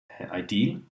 ideal